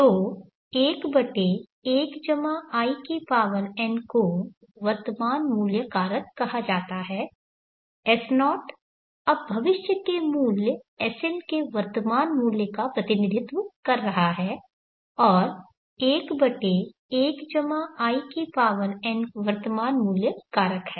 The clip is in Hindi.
तो 11in को वर्तमान मूल्य कारक कहा जाता है S0 अब भविष्य के मूल्य Sn के वर्तमान मूल्य का प्रतिनिधित्व कर रहा है और 11in वर्तमान मूल्य कारक है